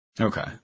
Okay